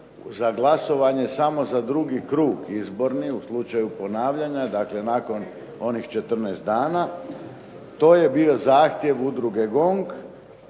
za glasovanje samo za drugi krug izborni u slučaju ponavljanja, nakon onih 14 dana, to je bio zahtjev udruge GONG.